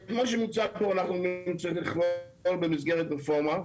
כמו שמוצע פה --- במסגרת רפורמה,